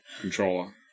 controller